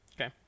Okay